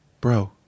bro